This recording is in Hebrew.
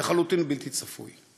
לחלוטין בלתי צפוי.